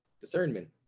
discernment